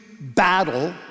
battle